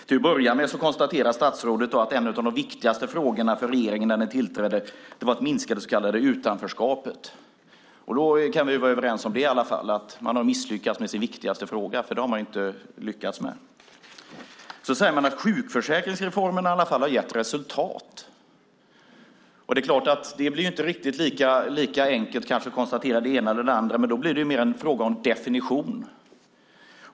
Till att börja med konstaterar statsrådet att en av de viktigaste frågorna för regeringen, när den tillträdde, var att minska det så kallade utanförskapet. Då kan vi i alla fall vara överens om att man har misslyckats med sin viktigaste fråga. För detta har man inte lyckats med. Sedan säger man att sjukförsäkringsreformen i alla fall har gett resultat. Det är klart att där blir det kanske inte riktigt lika enkelt att konstatera det ena eller det andra, men då blir det mer en fråga om definition.